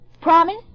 Promise